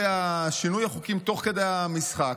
שינוי החוקים הוא תוך כדי המשחק.